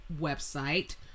website